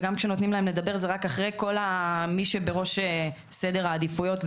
וגם כשנותנים להם לדבר זה רק אחרי כל מי שבראש סדר העדיפויות.